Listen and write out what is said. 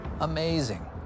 amazing